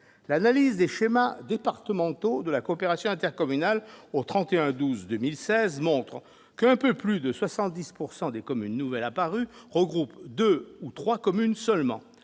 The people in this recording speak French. L'analyse des schémas départementaux de la coopération intercommunale au 31 décembre 2016 montre qu'un peu plus de 70 % des communes nouvelles regroupent deux ou trois communes seulement,